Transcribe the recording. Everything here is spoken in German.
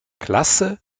klasse